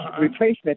replacement